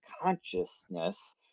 consciousness